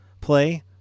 play